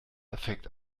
effekt